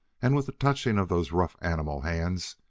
and, with the touching of those rough animal hands,